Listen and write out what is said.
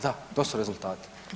Da, to su rezultati.